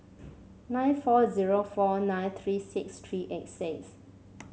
nine four zero four nine three six three eight six